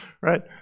right